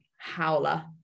howler